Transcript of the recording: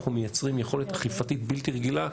אנחנו מייצרים יכולת אכיפתית בלתי רגילה,